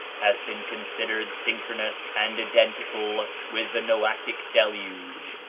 has been considered synchronous and identical with the noachic deluge,